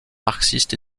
marxistes